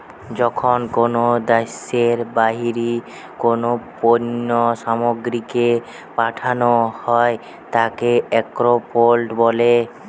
যখন কোনো দ্যাশের বাহিরে কোনো পণ্য সামগ্রীকে পাঠানো হই তাকে এক্সপোর্ট বলে